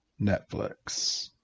Netflix